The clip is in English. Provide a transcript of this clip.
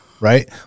Right